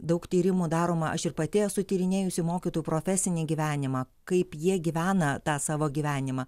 daug tyrimų daroma aš ir pati esu tyrinėjusi mokytojų profesinį gyvenimą kaip jie gyvena tą savo gyvenimą